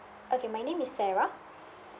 okay my name is sarah